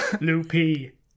Loopy